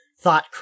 Thought